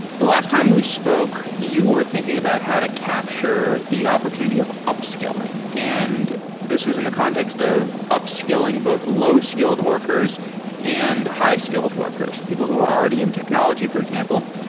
the last time we spoke, you were thinking about how to capture the opportunity of upscaling, and this was in the context of upscaling both low-skilled workers and high-skilled workers, people who are already in technology, for example.